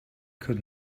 could